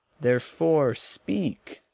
therefore, speak.